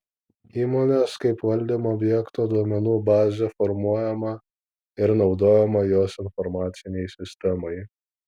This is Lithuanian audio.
įmonės kaip valdymo objekto duomenų bazė formuojama ir naudojama jos informacinei sistemai